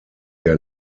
der